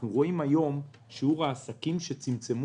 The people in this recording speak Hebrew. אנחנו רואים היום ששיעור העסקים שצמצמו